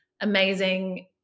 amazing